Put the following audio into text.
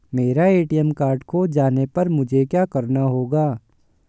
मेरा ATM card खो जाने पर मुझे क्या करना होगा?